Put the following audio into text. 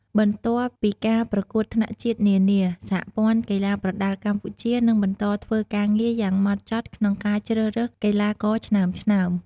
បន្ទាប់ពីការប្រកួតថ្នាក់ជាតិនានា សហព័ន្ធកីឡាប្រដាល់កម្ពុជា នឹងបន្តធ្វើការងារយ៉ាងម៉ត់ចត់ក្នុងការជ្រើសរើសកីឡាករឆ្នើមៗ។